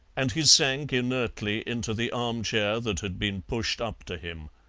and he sank inertly into the arm-chair that had been pushed up to him.